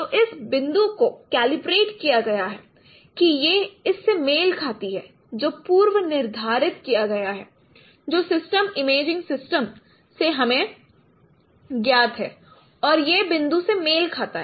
तो इस बिंदु को कैलिब्रेट किया गया है कि यह इस से मेल खाती है जो पूर्व निर्धारित किया गया है जो सिस्टम इमेजिंग सिस्टम से हमें ज्ञात है और यह बिंदु से मेल खाता है